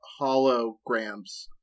holograms